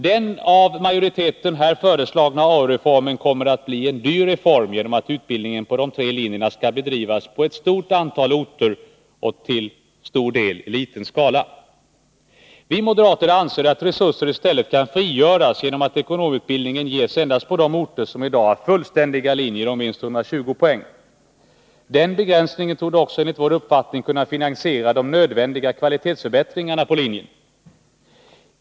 Den av majoriteten föreslagna AU-reformen kommer att bli en dyr reform genom att utbildningen på de tre linjerna skall bedrivas på ett stort antal orter och till stor del i liten skala. Vi moderater anser att resurserna i stället kan frigöras genom att ekonomutbildningen ges endast på de orter som i dag har fullständiga linjer om minst 120 poäng. Den begränsningen torde också enligt vår uppfattning kunna finansiera de nödvändiga kvalitetsförbättringarna på linjen.